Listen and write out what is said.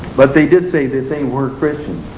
but they did say that they were christian.